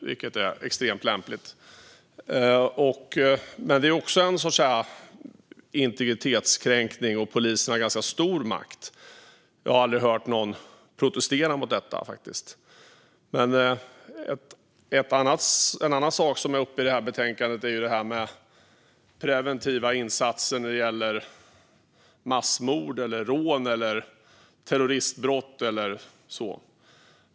Det är extremt lämpligt, men det är också en sorts integritetskränkning. Polisen har ganska stor makt där, men jag har faktiskt aldrig hört någon protestera mot det. En annan sak som är uppe i betänkandet är det här med preventiva insatser när det gäller massmord, rån, terroristbrott eller liknande.